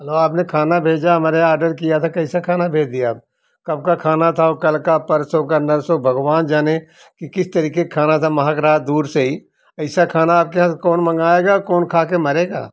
hello आपने खाना भेजा हमारे यहाँ ऑर्डर किया था कैसा खाना भेज दिया आप कब का खाना था वह कल का परसों का नरसों भगवान जाने कि किस तरीक़े का खाना था महक रहा दूर से ही ऐसा खाना आपके यहाँ कौन मगाएगा और कौन खा कर मरेगा